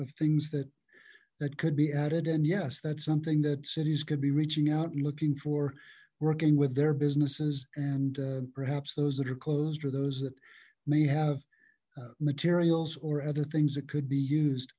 of things that that could be added and yes that's something that cities could be reaching out and looking for working with their businesses and perhaps those that are closed or those that may have materials or other things that could be used